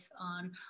on